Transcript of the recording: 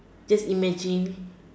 just imagine